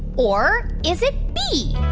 or is it b,